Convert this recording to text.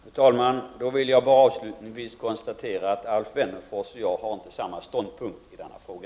Fru talman! Då jag vill avslutningsvis konstatera att Alf Wennerfors och jag inte intar samma ståndpunkt i denna fråga.